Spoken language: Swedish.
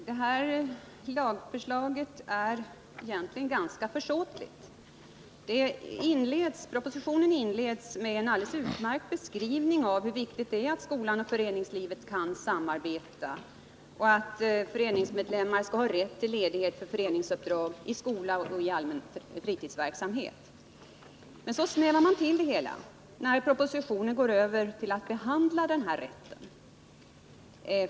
Herr talman! Detta lagförslag är egentligen ganska försåtligt. Propositionen inleds med en alldeles utmärkt beskrivning av hur viktigt det är att skolan och föreningslivet kan samarbeta och att föreningsmedlemmar skall ha rätt till ledighet för föreningsuppdrag i skola och allmän fritidsverksamhet. Men så snävar man till det hela när propositionen går över till att behandla denna rätt.